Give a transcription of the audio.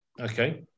Okay